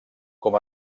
com